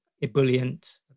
ebullient